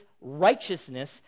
righteousness